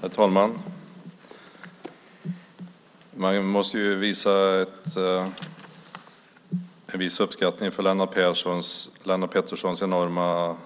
Herr talman! Man måste ju visa en viss uppskattning för Lennart Petterssons enorma